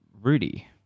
Rudy